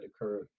occurred